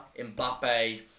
Mbappe